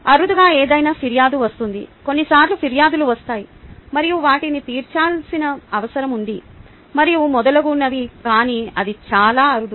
అరుదుగా ఏదైనా ఫిర్యాదు వస్తుంది కొన్నిసార్లు ఫిర్యాదులు వస్తాయి మరియు వాటిని తీర్చాల్సిన అవసరం ఉంది మరియు మొదలగునవి కానీ అది చాలా అరుదు